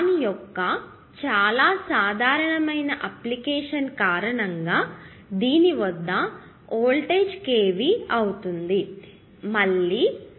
దాని యొక్క చాలా సాధారణమైన అప్లికేషన్ కారణంగా దీని వద్ద వోల్టేజ్ k V అవుతుంది